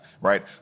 right